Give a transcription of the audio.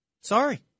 Sorry